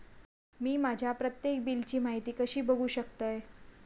मी माझ्या प्रत्येक बिलची माहिती कशी बघू शकतय?